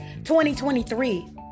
2023